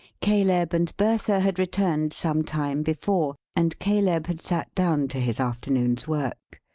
caleb and bertha had returned some time before, and caleb had sat down to his afternoon's work.